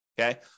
Okay